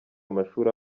amashuri